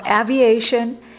aviation